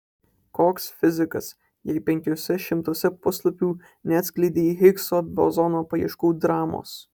koks fizikas jei penkiuose šimtuose puslapių neatskleidei higso bozono paieškų dramos